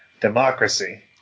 democracy